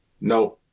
no